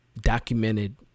documented